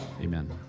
Amen